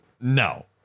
No